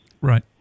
Right